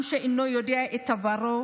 עם שאינו יודע את עברו,